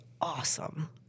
awesome